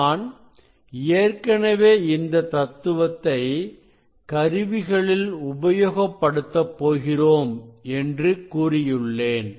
நான் ஏற்கனவே இந்த தத்துவத்தை கருவிகளில் உபயோகப்படுத்த போகிறோம் என்று கூறியுள்ளேன்